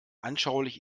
anschaulich